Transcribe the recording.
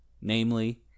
namely